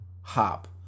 hop